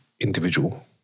individual